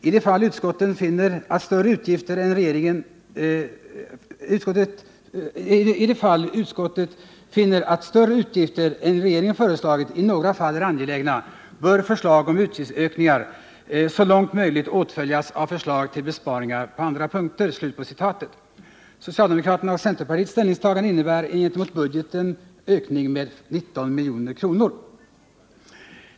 I de fall utskotten finner att större utgifter än regeringen föreslagit i något fall är angelägna bör förslag om utgiftsökningar så långt möjligt åtföljas av förslag till besparingar på andra punkter.” Socialdemokraternas och centerpartisternas ställningstagande innebär gentemot budgeten en ökning med 19 milj.kr.